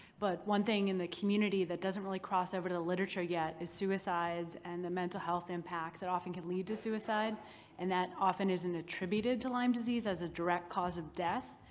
but one thing in the community that doesn't really cross over to literature yet is suicides and the mental health impacts that often can lead to suicide and that often isn't attributed to lyme disease as a direct cause of death,